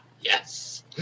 Yes